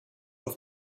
auf